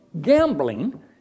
gambling